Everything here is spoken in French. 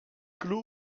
clos